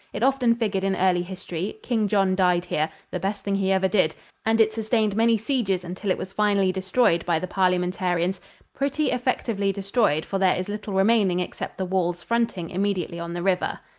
it often figured in early history king john died here the best thing he ever did and it sustained many sieges until it was finally destroyed by the parliamentarians pretty effectively destroyed, for there is little remaining except the walls fronting immediately on the river.